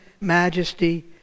majesty